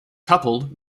coupled